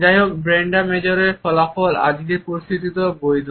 যাইহোক ব্রেন্ডা মেজরের ফলাফল আজকের পরিস্থিতিতেও বৈধ